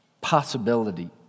possibility